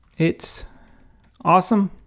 it's awesome.